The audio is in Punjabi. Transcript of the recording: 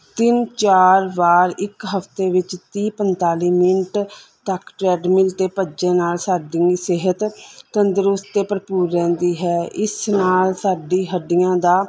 ਤਿੰਨ ਚਾਰ ਵਾਰ ਇੱਕ ਹਫ਼ਤੇ ਵਿੱਚ ਤੀਹ ਪੰਤਾਲੀ ਮਿੰਟ ਤੱਕ ਟਰੈਡਮਿਲ 'ਤੇ ਭੱਜਣ ਨਾਲ ਸਾਡੀ ਸਿਹਤ ਤੰਦਰੁਸਤ ਅਤੇ ਭਰਪੂਰ ਰਹਿੰਦੀ ਹੈ ਇਸ ਨਾਲ ਸਾਡੀ ਹੱਡੀਆਂ ਦਾ